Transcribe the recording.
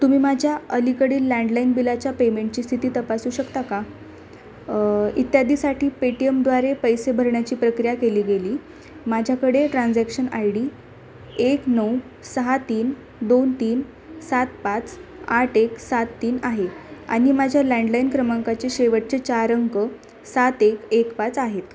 तुम्ही माझ्या अलीकडील लँडलाइन बिलाच्या पेमेंटची स्थिती तपासू शकता का इत्यादीसाठी पेटीएमद्वारे पैसे भरण्याची प्रक्रिया केली गेली माझ्याकडे ट्रान्जॅक्शन आय डी एक नऊ सहा तीन दोन तीन सात पाच आठ एक सात तीन आहे आणि माझ्या लँडलाइन क्रमांकाचे शेवटचे चार अंक सात एक एक पाच आहेत